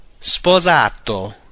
Sposato